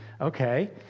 okay